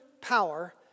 power